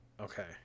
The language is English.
Okay